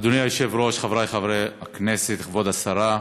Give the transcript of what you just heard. אדוני היושב-ראש, חברי חברי הכנסת, כבוד השרה,